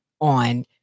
on